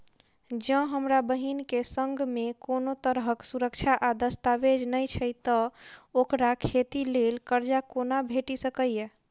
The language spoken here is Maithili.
जँ हमरा बहीन केँ सङ्ग मेँ कोनो तरहक सुरक्षा आ दस्तावेज नै छै तऽ ओकरा खेती लेल करजा कोना भेटि सकैये?